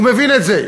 הוא מבין את זה.